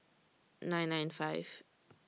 nine nine five